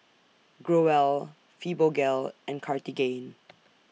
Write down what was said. Growell Fibogel and Cartigain